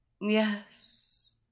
Yes